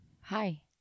Hi